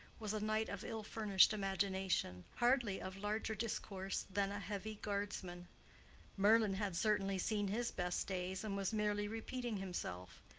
was a knight of ill-furnished imagination, hardly of larger discourse than a heavy guardsman merlin had certainly seen his best days, and was merely repeating himself,